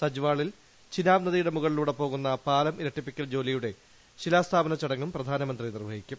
സജ്വാളിൽ ചിനാബ്നദിയുടെ മുകളിലൂടെ പോകുന്ന പാലം ഇരട്ടി പ്പിക്കൽ ജോലിയുടെ ശിലാസ്ഥാപന ചടങ്ങും പ്രധാനമന്ത്രി നിർവ ഹിക്കും